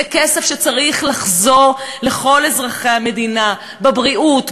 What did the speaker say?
זה כסף שצריך לחזור לכל אזרחי המדינה בבריאות,